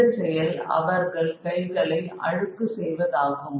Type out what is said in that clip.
இந்த செயல் அவர்கள் கைகளை அழுக்கு செய்வதாகும்